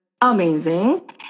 amazing